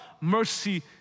mercy